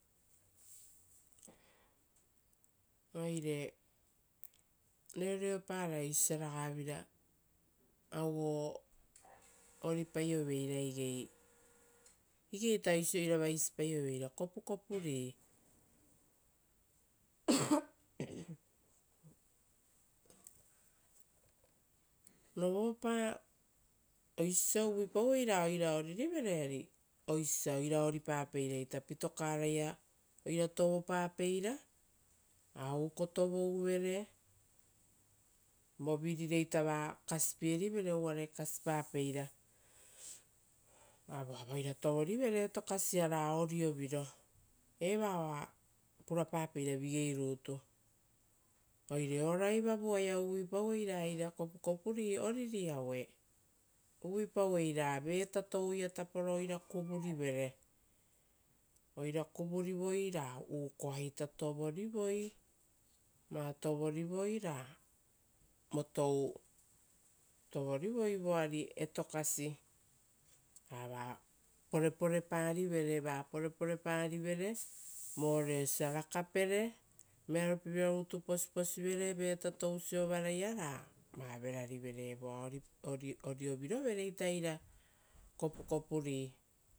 Oire reoreparai auoiava oisio osia ragaivira auo oripaio veira igei. Igeita oisio oira vaisipaioveira kopukopuri. Rovopa oisio osia uvuipau oira oririvere ari oisio osia oira oripapeiraita, pitokara-ia, oira tovopapeira, ra uuko tovouvere vovirireita va kasipierivere uvare kasipapeira, voava oira tovorivere etokasi-ia ra orioviro, eva oa purapeira vigei rutu. Oire o raivavu oia uvuipau ra eira kopukopuri ori aue, uvuipauei ra veta touia taporo oira kuvurivere, oira kuvurivoi ra uuko ita tovorivoi, ra votou tovorivoi voari etokasi rava poreporeparivere, va poreporeparivere vore osia rakapere vearopievira rutu posiposi vere voari vetatou siovaraia ra va verarivere, evoa oriovirovereita eira kopukopuri